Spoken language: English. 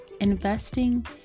investing